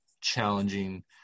challenging